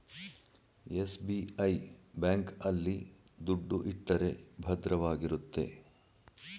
SBI bank ಆಲ್ಲಿ ದುಡ್ಡು ಇಟ್ಟರೆ ಭದ್ರವಾಗಿರುತ್ತೆ